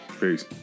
Peace